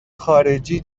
خارجی